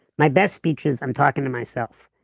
my best speeches, i'm talking to myself.